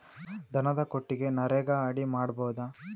ದನದ ಕೊಟ್ಟಿಗಿ ನರೆಗಾ ಅಡಿ ಮಾಡಬಹುದಾ?